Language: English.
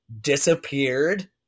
disappeared